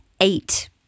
eight